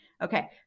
Okay